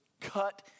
cut